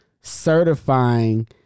certifying